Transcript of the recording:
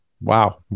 Wow